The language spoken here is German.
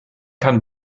kann